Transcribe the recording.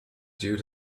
due